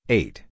eight